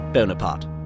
Bonaparte